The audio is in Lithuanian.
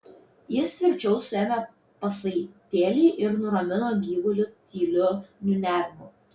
jis tvirčiau suėmė pasaitėlį ir nuramino gyvulį tyliu niūniavimu